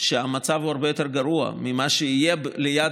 שהמצב בהם הרבה יותר גרוע ממה שיהיה ליד